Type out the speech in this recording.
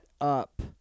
up